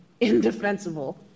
indefensible